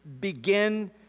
begin